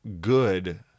good